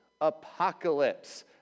apocalypse